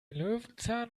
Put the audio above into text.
löwenzahn